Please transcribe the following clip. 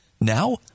Now